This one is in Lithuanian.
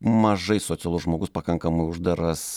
mažai socialus žmogus pakankamai uždaras